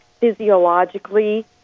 physiologically